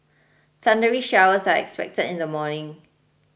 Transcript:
thundery showers are expected in the morning